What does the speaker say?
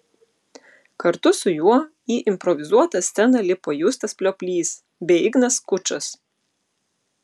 kartu su juo į improvizuotą sceną lipo justas plioplys bei ignas skučas